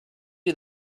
you